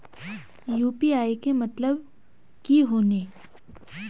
UPI के मतलब की होने?